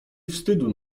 wstydu